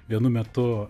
vienu metu